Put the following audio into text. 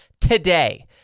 today